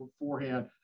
beforehand